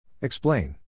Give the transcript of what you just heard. Explain